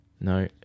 No